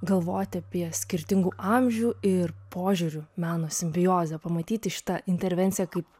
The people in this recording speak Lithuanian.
galvoti apie skirtingų amžių ir požiūrių meno simbiozę pamatyti šitą intervenciją kaip